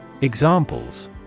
Examples